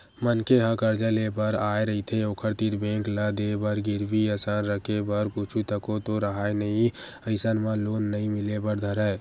मनखे ह करजा लेय बर आय रहिथे ओखर तीर बेंक ल देय बर गिरवी असन रखे बर कुछु तको तो राहय नइ अइसन म लोन नइ मिले बर धरय